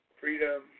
freedom